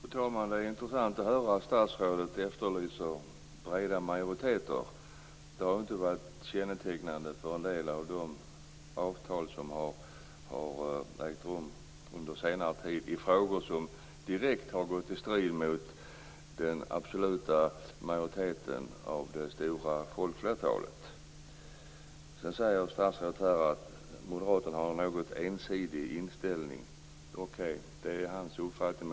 Fru talman! Det var intressant att höra statsrådet efterlysa breda majoriteter. Det har inte varit kännetecknande för en del av de avtal som har träffats under senare tid när det gäller frågor som direkt har stått i strid mot den absoluta majoriteten av det stora folkflertalet. Statsrådet sade att moderaterna har en något ensidig inställning. Okej, det är hans uppfattning.